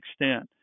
extent